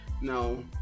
No